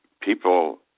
people